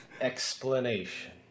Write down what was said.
explanation